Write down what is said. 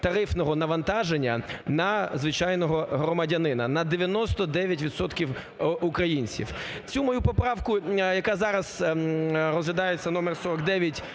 тарифного навантаження на звичайного громадянина - 99 відсотків українців. Цю мою поправку, яка зараз розглядається, номер 49,